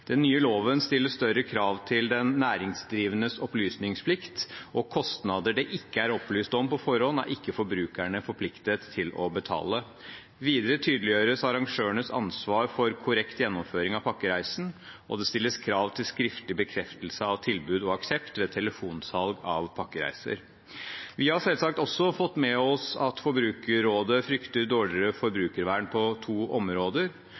Den nye loven stiller større krav til den næringsdrivendes opplysningsplikt, og kostnader det ikke er opplyst om på forhånd, er ikke forbrukerne forpliktet til å betale. Videre tydeliggjøres arrangørenes ansvar for korrekt gjennomføring av pakkereisen, og det stilles krav til skriftlig bekreftelse av tilbud og aksept ved telefonsalg av pakkereiser. Vi har selvsagt også fått med oss at Forbrukertilsynet frykter dårligere forbrukervern på to områder.